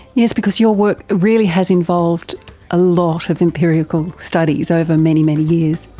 yes, because your work really has involved a lot of empirical studies over many, many years.